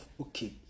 okay